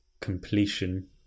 completion